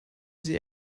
sie